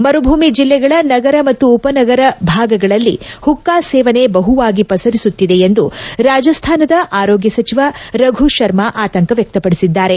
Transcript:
ಮರು ಭೂಮಿ ಜಿಲ್ಲೆಗಳ ನಗರ ಮತ್ತು ಉಪನಗರ ಭಾಗಗಳಲ್ಲಿ ಹುಕ್ಕಾ ಸೇವನೆ ಬಹುವಾಗಿ ಪಸರಿಸುತ್ತಿದೆ ಎಂದು ರಾಜಸ್ಥಾನ ರೋಗ್ತ ಸಚಿವ ರಘು ಶರ್ಮಾ ಆತಂಕ ವ್ಯಕ್ತಪಡಿಸಿದ್ದಾರೆ